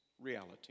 reality